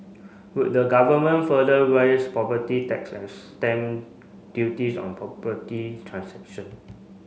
would the Government further raise property tax and stamp duties on property transaction